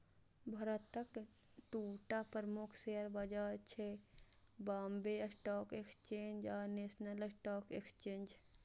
भारतक दूटा प्रमुख शेयर बाजार छै, बांबे स्टॉक एक्सचेंज आ नेशनल स्टॉक एक्सचेंज